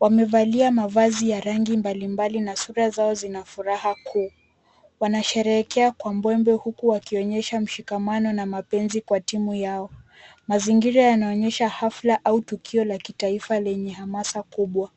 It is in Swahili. Wamevalia mavazi ya rangi mbalimbali na sura zao zina furaha kuu. Wanasherehekea kwa mbwembwe huku wakionyesha mshikamano na mapenzi kwa timu yao. Mazingira yanaonyesha hafla au tukio la kitaifa lenye hamasa kubwa.